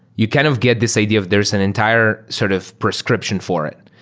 you kind of get this idea of there's an entire sort of prescription for it.